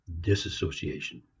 disassociation